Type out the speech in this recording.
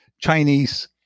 Chinese